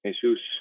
Jesus